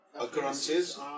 occurrences